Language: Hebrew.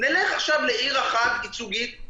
נלך עכשיו לעיר אחת ייצוגית,